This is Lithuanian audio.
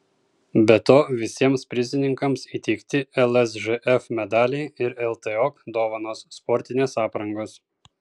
be to visiems prizininkams įteikti lsžf medaliai ir ltok dovanos sportinės aprangos